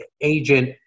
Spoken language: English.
agent